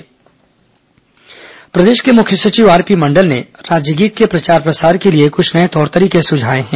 मुख्य सचिव राज्यगीत प्रदेश के मुख्य सचिव आरपी मंडल ने राज्य गीत के प्रचार प्रसार के लिए कृछ नए तौर तरीके सुझाए हैं